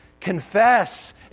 Confess